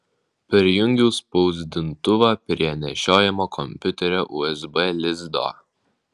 prijungiau spausdintuvą prie nešiojamo kompiuterio usb lizdo